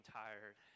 tired